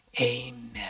Amen